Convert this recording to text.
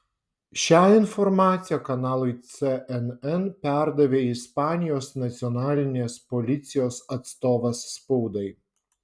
šią informaciją kanalui cnn perdavė ispanijos nacionalinės policijos atstovas spaudai